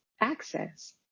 access